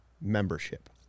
membership